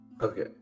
Okay